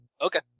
Okay